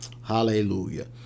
Hallelujah